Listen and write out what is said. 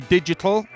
Digital